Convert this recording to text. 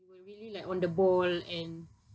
we're really like on the ball and